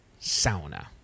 sauna